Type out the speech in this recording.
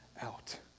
out